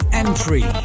entry